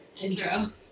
intro